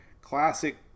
classic